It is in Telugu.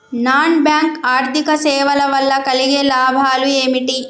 నాన్ బ్యాంక్ ఆర్థిక సేవల వల్ల కలిగే లాభాలు ఏమిటి?